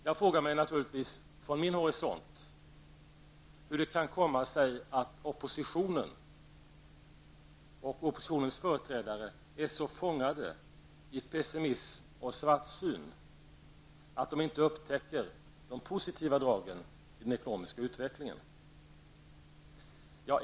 Jag frågar mig naturligtvis, från min horisont, hur det kan komma sig att oppositionens företrädare är så fångade i pessimism och svartsyn att de inte upptäcker de positiva dragen i den ekonomiska utvecklingen.